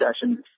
sessions